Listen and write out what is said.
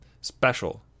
Special